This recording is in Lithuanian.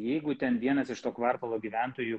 jeigu ten vienas iš to kvartalo gyventojų